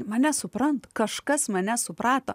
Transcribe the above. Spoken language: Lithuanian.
mane supranta kažkas mane suprato